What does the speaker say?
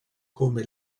come